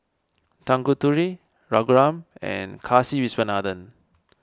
Tanguturi Raghuram and Kasiviswanathan